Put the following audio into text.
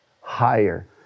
higher